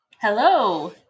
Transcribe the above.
Hello